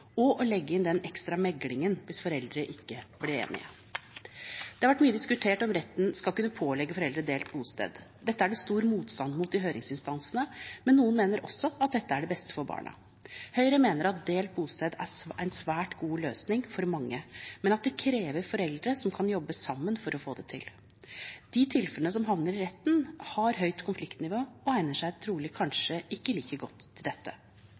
og å legge inn den ekstra meglingen hvis foreldrene ikke blir enige. Det har vært mye diskutert om retten skal kunne pålegge foreldre delt bosted. Dette er det stor motstand mot i høringsinstansene, men noen mener også at dette er det beste for barna. Høyre mener at delt bosted er en svært god løsning for mange, men at det krever foreldre som kan jobbe sammen for å få det til. De tilfellene som havner i retten, har høyt konfliktnivå og egner seg trolig ikke like godt til dette.